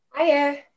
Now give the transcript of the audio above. Hiya